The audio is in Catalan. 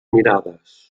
mirades